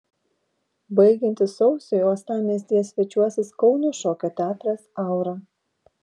baigiantis sausiui uostamiestyje svečiuosis kauno šokio teatras aura